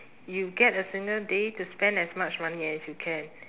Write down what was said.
you get a single day to spend as much money as you can